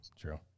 true